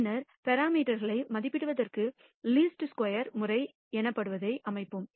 பின்னர் பராமீட்டர்களை மதிப்பிடுவதற்கான லிஸ்ட் ஸ்கொயர் முறை எனப்படுவதை அமைப்போம்